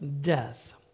death